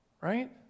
right